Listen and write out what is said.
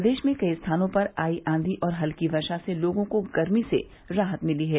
प्रदेश में कई स्थानों पर आई आंधी और हल्की वर्षा से लोगों को गर्मी से राहत मिली है